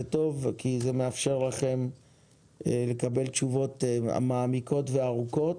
זה טוב כי זה מאפשר לכם לקבל תשובות מעמיקות וארוכות.